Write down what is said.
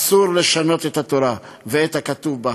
אסור לשנות את התורה ואת הכתוב בה.